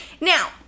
Now